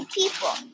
people